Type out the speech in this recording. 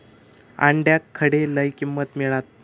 अंड्याक खडे लय किंमत मिळात?